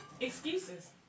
Excuses